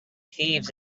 thieves